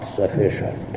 sufficient